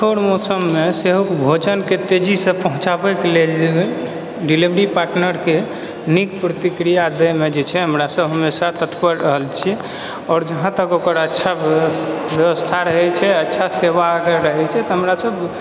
कठोर मौसममे सेहो भोजनके तेजीसँ पहुँचाबै के लेल जे डिलिवरी पार्टनर के नीक प्रतिक्रिया दैमे जे छै हमरा सभ हमेशा तत्पर रहल छियै आओर जहाँ तक ओकर अच्छा व्यवस्था रहै छै अच्छा सेवा अगर रहै छै तऽ हमरासभ